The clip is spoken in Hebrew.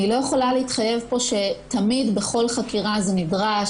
אני לא יכולה להתחייב פה שתמיד בכל חקירה זה נדרש,